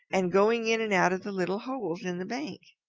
and going in and out of the little holes in the bank.